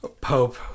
Pope